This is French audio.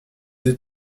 deux